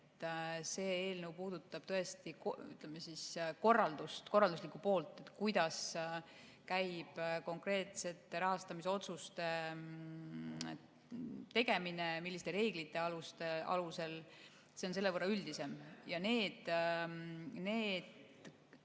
See eelnõu puudutab, ütleme, korraldust, korralduslikku poolt, kuidas käib konkreetsete rahastamisotsuste tegemine, milliste reeglite alusel. See on selle võrra üldisem. Ja need näited,